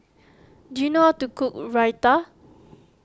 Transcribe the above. do you know how to cook Raita